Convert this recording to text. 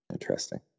interesting